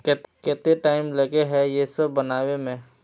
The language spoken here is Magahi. केते टाइम लगे है ये सब बनावे में?